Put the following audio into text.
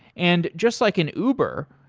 and just like in uber,